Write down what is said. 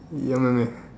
ya maybe